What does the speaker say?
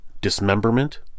dismemberment